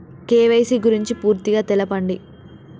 KYC గురించి పూర్తిగా తెలపండి?